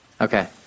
Okay